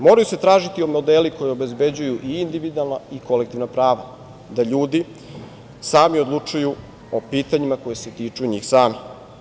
Moraju se tražiti modeli koji obezbeđuju i individualna i kolektivna prava da ljudi sami odlučuju o pitanjima koja se tiču njih samih.